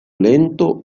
lento